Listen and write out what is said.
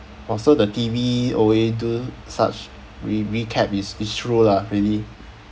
also the T_V always do such re~ recap it's it's true lah really